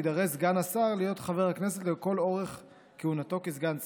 יידרש סגן שר להיות חבר הכנסת לכל אורך כהונתו כסגן שר.